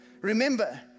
Remember